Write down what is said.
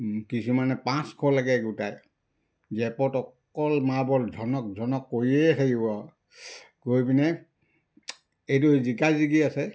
কিছুমানে পাঁচশলৈকে গোটাই জেপত অকল মাৰ্বল ঝনক ঝনক কৰিয়ে থাকিব আৰু কৰি পিনে এইটো জিকা জিকি আছে